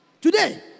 Today